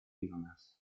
illness